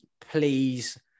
please